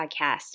podcast